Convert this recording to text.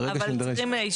ברגע שנידרש.